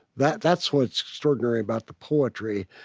that's that's what's extraordinary about the poetry,